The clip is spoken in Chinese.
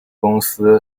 公司